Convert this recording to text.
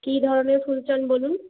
কি ধরনের ফুল চান বলুন